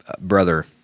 brother